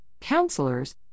counselors